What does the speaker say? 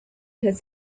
his